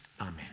amen